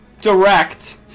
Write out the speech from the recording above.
Direct